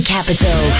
Capital